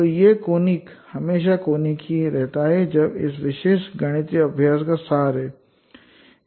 तो एक कोनिक हमेशा कोनिक ही रहता है जो इस विशेष गणितीय अभ्यास का सार है